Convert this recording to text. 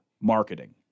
marketing